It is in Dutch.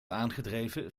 aangedreven